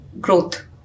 Growth